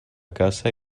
caça